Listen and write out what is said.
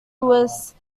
louis